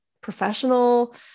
professional